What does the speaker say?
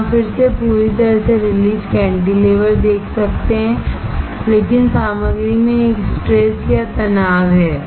यहां आप फिर से पूरी तरह से रिलीज कैंटीलेवर देख सकते हैं लेकिन सामग्री में एक स्ट्रेस या तनाव है